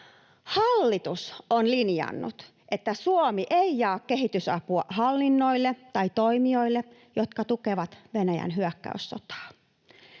Hallitus on linjannut, että Suomi ei jaa kehitysapua hallinnoille tai toimijoille, jotka tukevat Venäjän hyökkäyssotaa.